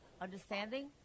understanding